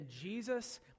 Jesus